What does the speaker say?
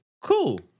Cool